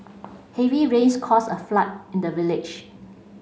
heavy rains caused a flood in the village